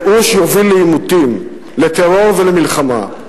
ייאוש יוביל לעימותים, לטרור ולמלחמה.